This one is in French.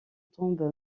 tombe